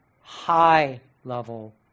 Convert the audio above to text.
high-level